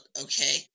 Okay